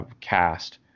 cast